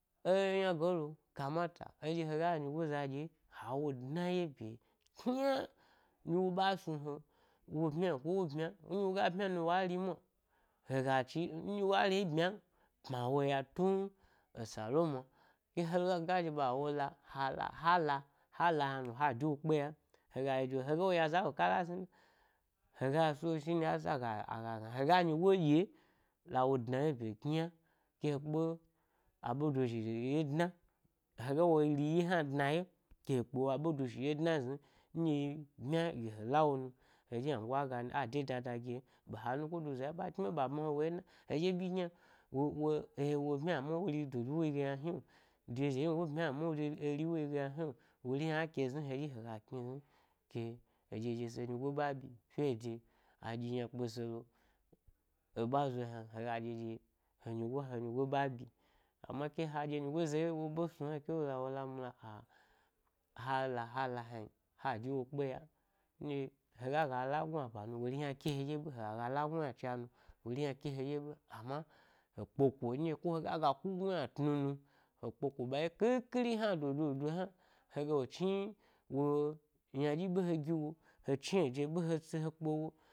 E-ynagdo-kamata eɗye hega nyigoza ɗye hawo dna’ya bye loynaa-nɗye wo ɓe a snu hewo, ɓumyna ko wo ɓmyan ndye woga ɓmya nu wo ari mwa hega chi nɗye wo ari ɓmyan pma wotun esa le mwa ke-hega ga zhi ɓa wo la, ha la, hala’ hala yna no ha de wokpe yan hega yige, haga ya za kala znina haga so shine yasa aga aga gna he ga nyigo ɗye la wo dna yo ɓye kyna-ke he kpe aɓedo zhi ye dna hega wo ri ɗye hna dna ye ke he kpe wo a ɓe dozhi ye dna’ zni nɗye yiɓmya gi he lawo nu he dye ynangu-agani ade dada gi yen ɓe ha nuko za ɗye ɓa chni ɓe ɓa bma he wo ye dna, he ɗye ɓyi gyna wowo e wo ɓmya amma wori dodo wo yige yna hni’o, dede hni wo ɓmyan amna wo re, eri wori hna ke zni hedye hega kni hna, ke he ɗye dyese nyigo ɓe a ɓyi fyede a ɗyi yna kpe se lo-eba a zo hna hega ɗye ɗye henyi, henyi go a ɓyi amma keha ɗye nyigoza ye woɓe snu hen he ke lo la wo la mula a-ha la hala hnan ha de wo kpe yan, ndye hega ga la gnus ba nu wori hna ke he ɗye be, hega ga la gnu yna dis nu wori hna ke he ɗye ɓe amma, he kpeko nɗye ko hega ga ku gnu yna tnu nu be kpeko ɓaɗye khikhiri-hna do do do hna hega lo chni wo yna ɗyi ɓe he giwo he chni ede ɓe he si he kpewo.